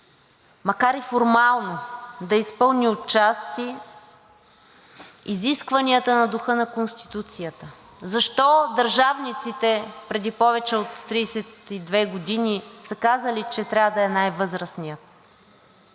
макар и формално, да изпълни отчасти изискванията на духа на Конституцията – защо държавниците преди повече от 32 години са казали, че трябва да е най-възрастният.